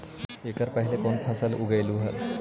एकड़ पहले कौन फसल उगएलू हा?